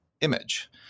image